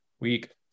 week